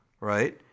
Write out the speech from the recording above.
Right